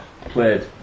played